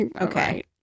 okay